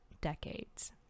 decades